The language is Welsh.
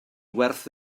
werth